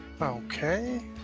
Okay